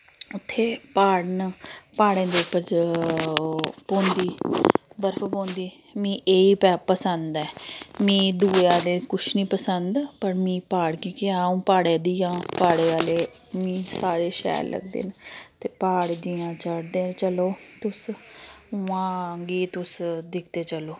उत्थै प्हाड़ न प्हाड़ें दे उप्पर ओह् पौंदी बर्फ पौंदी में एह् पसंद ऐ मी दूए आह्ले किश निं पसंद पर मी प्हाड़ कि के अ'ऊं प्हाड़ें दी आं प्हाड़ें आह्ले मी सारे शैल लगदे न ते प्हाड़ जि'यां चढ़दे चलो तुस उ'आं गै तुस दिखदे चलो